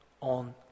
on